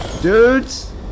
Dudes